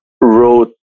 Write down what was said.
wrote